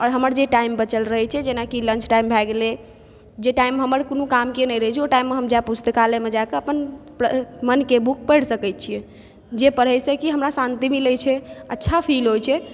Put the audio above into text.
आओर हमर जे टाइम बचल रहै छै जेनाकि लंच टाइम भए गेलै जे टाइम हमर कोनो का के नहि रहै छै ओ टाइममे हम पुस्तकालयमे जाकऽ अपन मनके बुक पढ़ि सकै छियै जे पढ़ैसँ की हमरा शान्ति मिलै छै अच्छा फील होइ छै